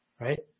right